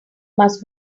must